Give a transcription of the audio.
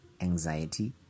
anxiety